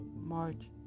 March